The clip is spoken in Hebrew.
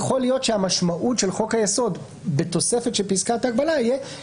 יכול להיות שהמשמעות של חוק היסוד בתוספת של פסקת ההגבלה תהיה